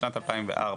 משנת 2004,